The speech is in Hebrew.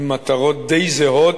עם מטרות די זהות,